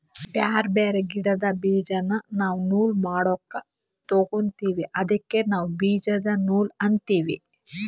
ಬ್ಯಾರೆ ಬ್ಯಾರೆ ಗಿಡ್ದ್ ಬೀಜಾ ನಾವ್ ನೂಲ್ ಮಾಡಕ್ ತೊಗೋತೀವಿ ಅದಕ್ಕ ನಾವ್ ಬೀಜದ ನೂಲ್ ಅಂತೀವಿ